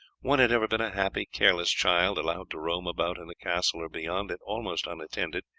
one had ever been a happy, careless child, allowed to roam about in the castle or beyond it almost unattended,